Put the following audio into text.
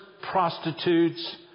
prostitutes